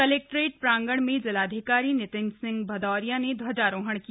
collectorate प्रांगण में जिलाधिकारी नितिन सिंह भदौरिया ने ध्वजारोहण किया